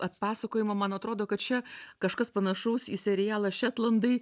atpasakojimo man atrodo kad čia kažkas panašaus į serialą šetlandai